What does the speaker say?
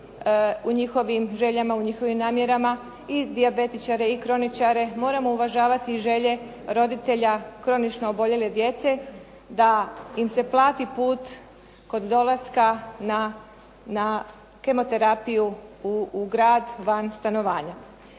u njihovim željama, u njihovim namjerama i dijabetičare i kroničare, moramo uvažavati i želje roditelja kronično oboljele djece da im se plati put kod dolaska na kemoterapiju u grad van stanovanja.